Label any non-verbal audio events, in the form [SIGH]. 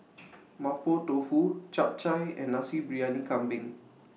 [NOISE] Mapo Tofu Chap Chai and Nasi Briyani Kambing